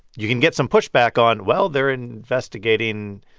you can get some pushback on well, they're investigating,